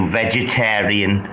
vegetarian